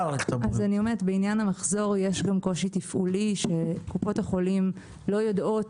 בעניין המחזור יש גם קושי תפעולי שקופות החולים לא יודעות